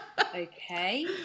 okay